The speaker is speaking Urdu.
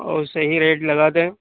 اور صحیح ریٹ لگا دیں